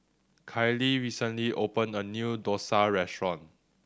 Kailee recently opened a new dosa restaurant